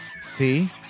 See